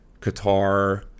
Qatar